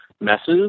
messes